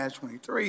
23